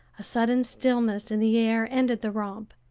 a sudden stillness in the air ended the romp.